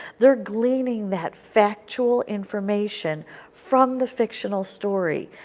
they are gleaning that factual information from the fictional story,